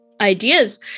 ideas